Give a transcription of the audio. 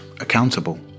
accountable